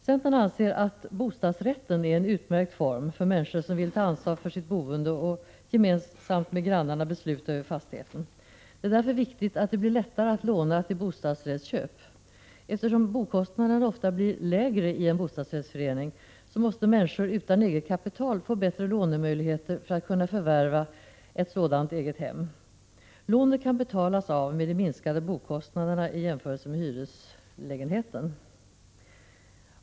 Centern anser att bostadsrätten är en utmärkt form för människor som vill ta ansvar för sitt boende och gemensamt med grannarna besluta över fastigheten. Det är därför viktigt att det blir lättare att låna till bostadsrättsköp. Eftersom bokostnaden ofta blir lägre i en bostadsrättsförening, måste människor utan eget kapital få bättre lånemöjligheter för att kunna förvärva ett sådant eget hem. Lånet kan betalas av med de minskade bokostnaderna i jämförelse med bokostnaderna i hyreslägenheten.